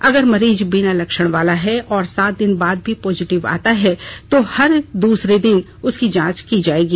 अगर मरीज बिना लक्षण वाला है और सात दिन बाद भी पॉजीटिव आता है तो हर दूसरे दिन उसकी जांच की जायेगी